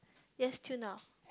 yes till now